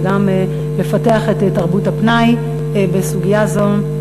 וגם לפתח את תרבות הפנאי בסוגיה זו,